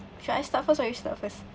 should I start first or you start first